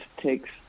takes